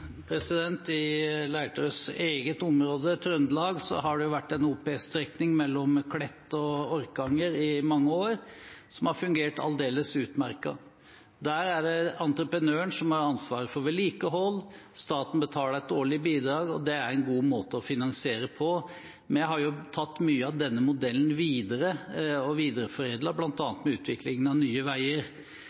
I Leirtrøs eget område, Trøndelag, har det vært en OPS-strekning mellom Klett og Orkanger i mange år som har fungert aldeles utmerket. Der er det entreprenøren som har ansvaret for vedlikehold. Staten betaler et årlig bidrag, og det er en god måte å finansiere på. Vi har tatt mye av denne modellen videre og har videreforedlet den bl.a. med utviklingen av Nye Veier.